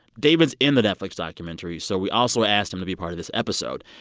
david's in the netflix documentary, so we also asked him to be part of this episode.